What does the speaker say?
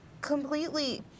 completely